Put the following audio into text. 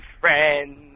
friends